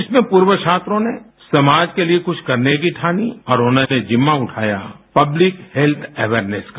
इसमें पूर्व छात्रों ने समाज के लिए कुछ करने की ठानी और उन्होंने जिम्मा उठाया पब्लिक हेत्थ अवयेरनेस का